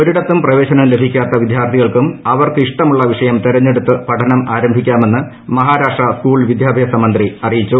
ഒരിടത്തും പ്രവേശനം ലഭിക്കാത്ത വിദ്യാർത്ഥികൾക്കും അവർക്ക് ഇഷ്ടമുള്ള വിഷയം തെരഞ്ഞെടുത്തു പഠനം ആരംഭിക്കാമെന്ന് മഹാരാഷ്ട്ര സ്കൂൾ വിദ്യാഭ്യാസ മന്ത്രി അറിയിച്ചു